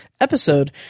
episode